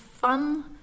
fun